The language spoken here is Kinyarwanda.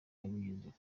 bigeze